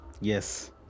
Yes